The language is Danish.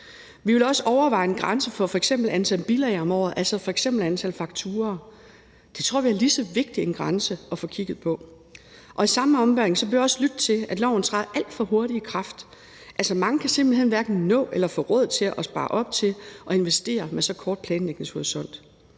Vi vil også overveje en grænse for f.eks. antal bilag om året, altså f.eks. antal fakturaer. Det tror vi er lige så vigtig en grænse at få kigget på. I samme ombæring bør vi også lytte til, at loven træder alt for hurtigt i kraft. Altså, mange kan simpelt hen hverken nå eller få råd til eller spare op til at investere med så kort planlægningshorisont.